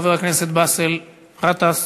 חבר הכנסת באסל גטאס,